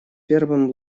первым